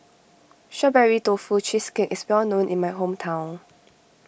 Strawberry Tofu Cheesecake is well known in my hometown